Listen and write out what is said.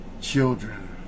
children